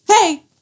hey